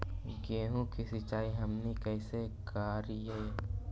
गेहूं के सिंचाई हमनि कैसे कारियय?